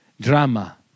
drama